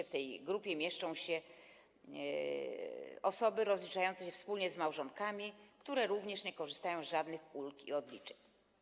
W tej grupie mieszczą się osoby rozliczające się wspólnie z małżonkami, które również nie korzystają z żadnych ulg i odliczeń.